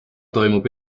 toimub